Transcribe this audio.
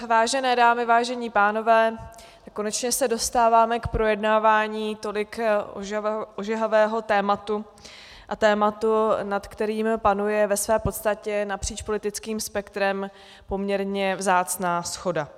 Vážené dámy, vážení pánové, konečně se dostáváme k projednávání tolik ožehavého tématu a tématu, nad kterým panuje ve své podstatě napříč politickým spektrem poměrně vzácná shoda.